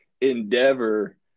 endeavor